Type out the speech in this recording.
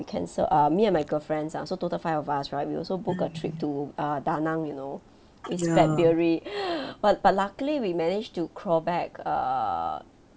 we cancel uh me and my girlfriends ah so total five of us right we also book a trip to uh da nang you know in february but but luckily we managed to crawl back err